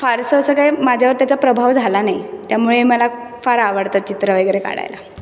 फारसं असा काय माझ्यावर त्याचा प्रभाव झाला नाही त्यामुळे मला फार आवडतं चित्र वगैरे काढायला